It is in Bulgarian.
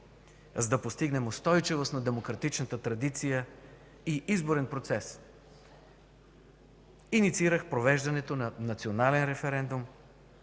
За да постигнем устойчивост на демократичната традиция и изборен процес, инициирах провеждането на национален референдум